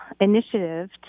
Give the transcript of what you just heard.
initiative